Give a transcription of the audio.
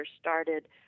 started